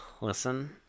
listen